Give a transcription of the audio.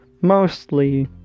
mostly